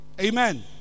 Amen